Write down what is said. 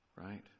right